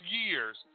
years